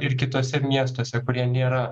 ir kituose miestuose kurie nėra